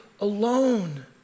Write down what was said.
alone